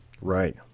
Right